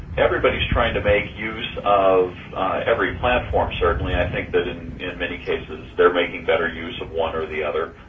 everybody's trying to make use of every platform, certainly. i think that in in many cases they are making better use of one or the other,